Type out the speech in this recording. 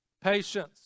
Patience